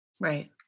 Right